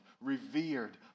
revered